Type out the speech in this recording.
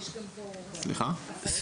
כן, נווה?